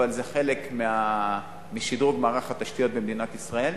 אבל זה חלק משדרוג מערך התשתיות במדינת ישראל.